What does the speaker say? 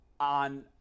On